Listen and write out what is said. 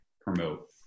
promote